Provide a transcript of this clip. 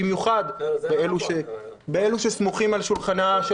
במיוחד באלו שסמוכים על שולחנה של